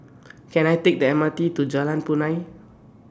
Can I Take The M R T to Jalan Punai